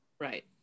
Right